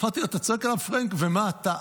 אמרתי לו: אתה צועק עליו "פרענק", ומה אתה?